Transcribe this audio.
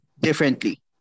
differently